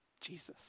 Jesus